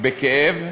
בכאב.